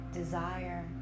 desire